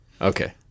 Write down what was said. Okay